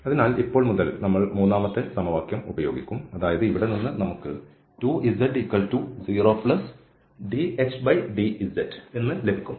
അതിനാൽ ഇപ്പോൾ മുതൽ നമ്മൾ മൂന്നാമത്തെ സമവാക്യം ഉപയോഗിക്കും അതായത് ഇവിടെ നിന്ന് നമുക്ക്2z0dhdz ലഭിക്കും